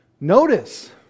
Notice